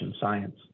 science